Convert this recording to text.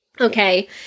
Okay